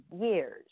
years